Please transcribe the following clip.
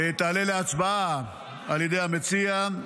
תעלה להצבעה על ידי המציע,